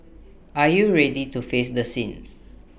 are you ready to face the sins